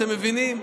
אתם מבינים?